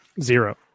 Zero